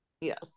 yes